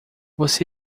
você